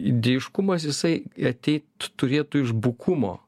idėjiškumas jisai ateit turėtų iš bukumo